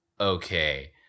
okay